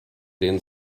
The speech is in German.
den